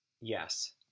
Yes